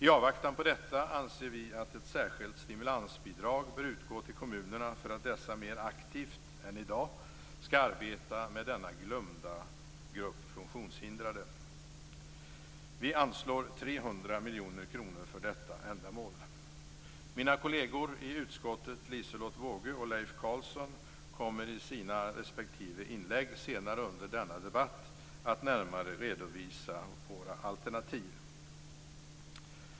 I avvaktan på detta anser vi att ett särskilt stimulansbidrag bör utgå till kommunerna för att dessa mer aktivt än i dag skall arbeta med denna glömda grupp funktionshindrade. Vi anslår 300 miljoner kronor för detta ändamål. Mina kolleger i utskottet Liselotte Wågö och Leif Carlson kommer senare under denna debatt i sina respektive inlägg att närmare redovisa våra alternativ.